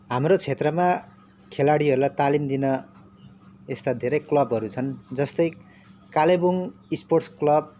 हाम्रो क्षेत्रमा खेलाडीहरूलाई तालिम दिन यस्ता धेरै क्लबहरू छन् जस्तै कालेबुङ स्पोर्टस क्लब